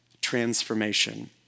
transformation